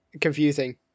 confusing